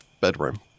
bedroom